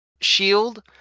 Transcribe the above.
shield